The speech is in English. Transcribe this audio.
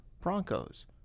Broncos